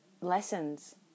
lessons